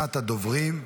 ראשונת הדוברים,